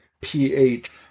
ph